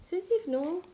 expensive no